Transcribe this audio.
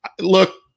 Look